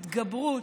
התגברות,